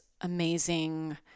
amazing